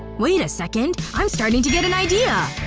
wait a second. i'm starting to get an idea!